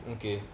okay